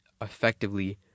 effectively